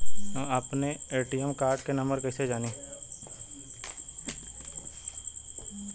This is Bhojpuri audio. हम अपने ए.टी.एम कार्ड के नंबर कइसे जानी?